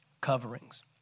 coverings